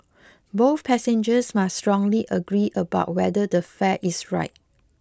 both passengers must strongly agree about whether the fare is right